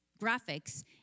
graphics